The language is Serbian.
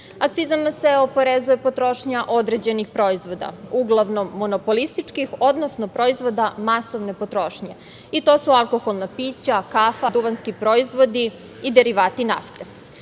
se oporezuje potrošnja određenih proizvoda, uglavnom monopolistički, odnosno proizvoda masovne potrošnje i to su alkoholna pića, kafa, duvanski proizvodi i derivati nafte. Svi